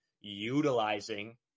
utilizing